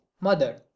mother